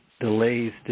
delays